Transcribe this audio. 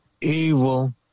Evil